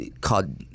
called